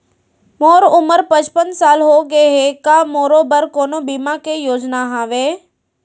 मोर उमर पचपन साल होगे हे, का मोरो बर कोनो बीमा के योजना हावे?